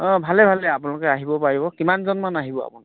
অঁ ভালে ভালে আপোনালোক আহিব পাৰিব কিমানজনমান আহিব আপোনালোকে